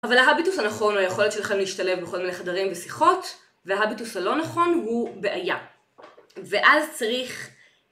אבל ההביטוס הנכון, או היכולת שלכם להשתלב בכל מיני חדרים ושיחות, וההביטוס הלא נכון הוא בעיה, ואז צריך